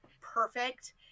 perfect